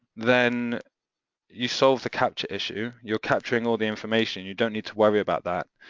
then you solve the capture issue, you're capturing all the information. you don't need to worry about that.